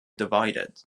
divided